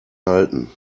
halten